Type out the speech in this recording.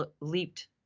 leaped